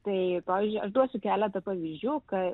tai pavyzdžiui aš duosiu keletą pavyzdžių kai